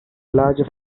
larger